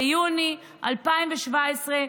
ביוני 2017,